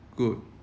good